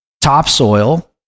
topsoil